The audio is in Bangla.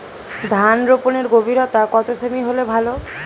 ধান রোপনের গভীরতা কত সেমি হলে ভালো?